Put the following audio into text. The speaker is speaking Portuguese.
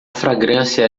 fragrância